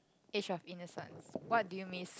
age of innocence what do you miss